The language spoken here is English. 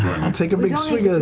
i'll take a big swig of the